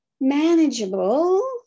manageable